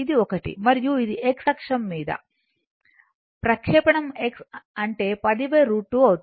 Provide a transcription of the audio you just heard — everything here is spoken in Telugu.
ఇది ఒకటి మరియు ఇది x అక్షం మీద ప్రక్షేపణం x అంటే 10 √ 2 అవుతుంది